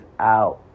out